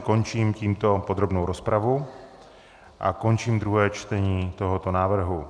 Končím tímto podrobnou rozpravu a končím druhé čtení tohoto návrhu.